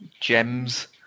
gems